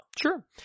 Sure